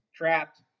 trapped